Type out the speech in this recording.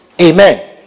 amen